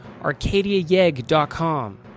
ArcadiaYeg.com